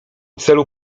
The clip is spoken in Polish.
celu